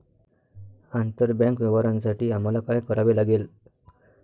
आंतरबँक व्यवहारांसाठी आम्हाला काय करावे लागेल?